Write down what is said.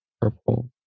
purple